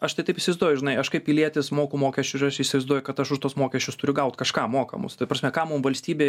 aš tai taip įsivaizduoju žinai aš kaip pilietis moku mokesčius aš įsivaizduoju kad aš už tuos mokesčius turiu gaut kažką mokamus ta prasme kam mum valstybė